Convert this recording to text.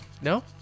No